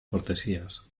cortesías